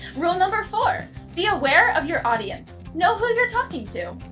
rule number four be aware of your audience, know who you're talking to.